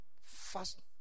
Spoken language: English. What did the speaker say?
Fast